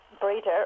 breeder